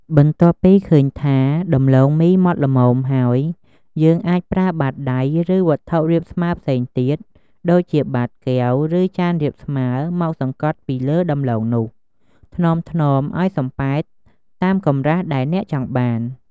បន្ទាប់ពីឃើញថា ដំឡូងមីម៉ដ្ឋល្មមហើយ យើងអាចប្រើបាតដៃ ឬវត្ថុរាបស្មើផ្សេងទៀត ដូចជាបាតកែវ ឬចានរាបស្មើ មកសង្កត់ពីលើដុំដំឡូងនោះ ថ្នមៗឱ្យសំប៉ែត តាមកម្រាស់ដែលអ្នកចង់បាន។